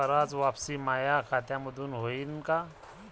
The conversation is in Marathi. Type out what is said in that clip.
कराच वापसी माया खात्यामंधून होईन का?